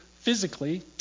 Physically